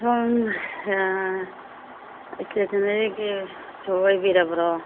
ꯁꯣꯝ ꯏꯁꯇꯦꯁꯅꯔꯤꯒꯤ ꯁꯣꯞ ꯑꯣꯏꯕꯤꯔꯕꯔꯣ